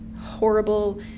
horrible